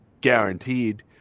guaranteed